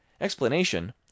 Explanation